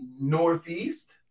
northeast